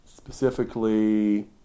Specifically